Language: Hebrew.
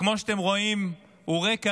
כמו שאתם רואים, הוא ריק כרגע,